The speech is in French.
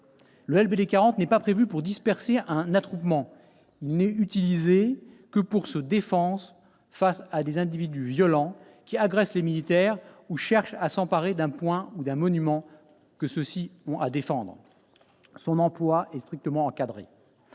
Le LBD 40 n'est pas prévu pour disperser un attroupement. Il n'est utilisé que pour se défendre face à des individus violents qui agressent les militaires ou cherchent à s'emparer d'un point ou d'un monument que ceux-ci ont à défendre. Son emploi est strictement encadré.